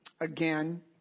Again